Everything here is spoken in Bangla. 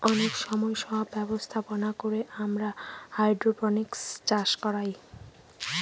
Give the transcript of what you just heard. অনেক সব ব্যবস্থাপনা করে আমরা হাইড্রোপনিক্স চাষ করায়